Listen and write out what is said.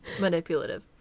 manipulative